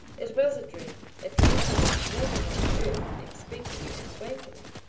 it was a dream, a dream from which no one on earth expected an awakening.